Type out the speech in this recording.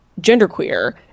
genderqueer